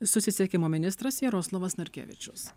susisiekimo ministras jaroslavas narkevičius